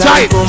Tight